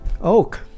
Oak